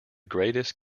greatest